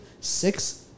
Six